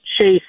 Chase